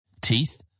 Teeth